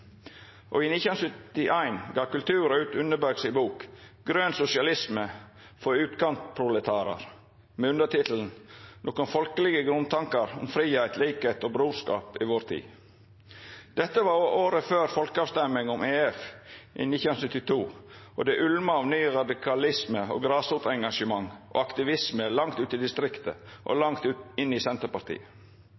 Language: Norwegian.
og Senterpartiet sitt studieforbund, der han var landsstudieleiar. I 1971 gav Cultura ut Unneberg si bok, «Grønn sosialisme for utkantproletarer», med undertittelen «Noen folkelige grunntanker om frihet, likhet og brorskap i vår tid». Dette var året før folkeavrøystinga om EF i 1972, og det ulma av ny radikalisme, grasrotengasjement og aktivisme langt ut i distrikta og